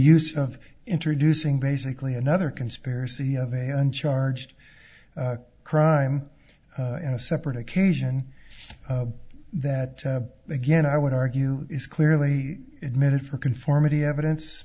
use of introducing basically another conspiracy of a and charged crime in a separate occasion that again i would argue is clearly admitted for conformity evidence